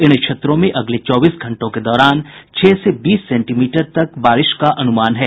इन क्षेत्रों में अगले चौबीस घंटों के दौरान छह से बीस सेंटीमीटर तक बारिश का अनुमान है